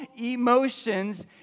emotions